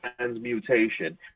transmutation